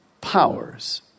powers